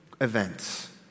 events